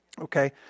Okay